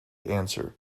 answer